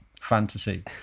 fantasy